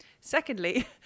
Secondly